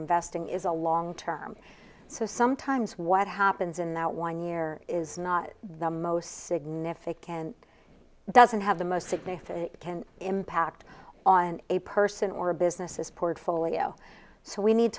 investing is a long term so sometimes what happens in that one year is not the most significant doesn't have the most significant impact on a person or a business is portfolio so we need